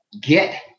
get